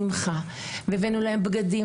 שהבאנו להן בגדים,